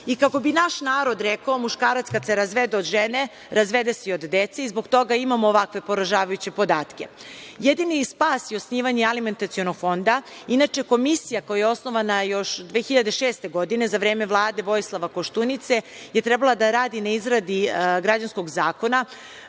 Kako bi naš narod rekao – muškarac kada se razvede od žene, razvede se i od dece i zbog toga imamo ovakve poražavajuće podatke. Jedini spas je osnivanje alimentacionog fonda. Inače, komisija koja je osnovana još 2006. godine za vreme Vlade Vojislava Koštunice je trebala da radi na izradi građanskog zakona,